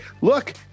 look